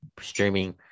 streaming